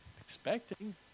expecting